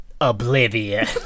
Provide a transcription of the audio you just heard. Oblivion